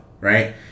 right